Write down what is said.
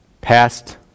Past